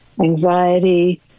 anxiety